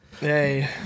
Hey